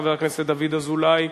חבר הכנסת דוד אזולאי,